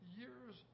years